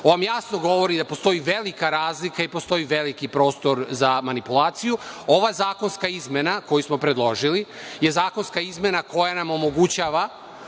Ovo vam jasno govori da postoji velika razlika i postoji veliki prostor za manipulaciju. Ova zakonska izmena koju smo predložili je zakonska izmena koja nam omogućava